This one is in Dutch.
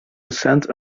recent